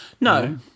no